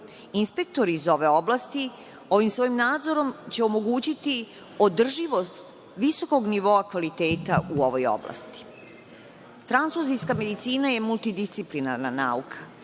Inspektori iz ove oblasti će svojim nadzorom omogućiti održivost visokog nivoa kvaliteta u ovoj oblasti. Transfuzijska medicina je multidisciplinarna nauka